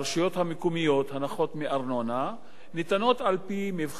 הנחות מארנונה ניתנות על-פי מבחן הכנסה.